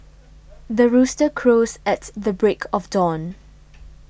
the rooster crows at the break of dawn